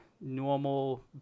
normal